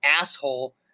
asshole